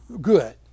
good